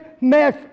mess